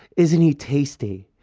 isn't he tasty?